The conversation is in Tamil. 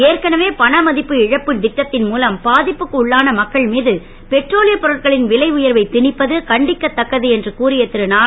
ஏற்கனவே பண ம ப்பு இழப்பு ட்டத் ன் மூலம் பா ப்புக்கு உள்ளான மக்கள் மீது பெட்ரோலியப் பொருட்களின் விலை உயர்வை ணிப்பது கண்டிக்க தக்கது என்று அவர் கூறி உள்ளார்